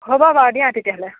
হ'ব বাৰু দিয়া তেতিয়াহ'লে